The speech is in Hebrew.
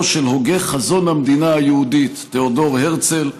של הוגה חזון המדינה היהודית תיאודור הרצל,